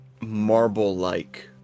marble-like